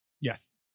Yes